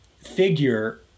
figure